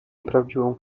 prawdziwą